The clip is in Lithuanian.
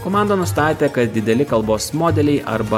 komanda nustatė kad dideli kalbos modeliai arba labai